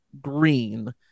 Green